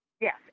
Yes